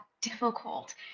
difficult